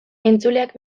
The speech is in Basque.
entzuleak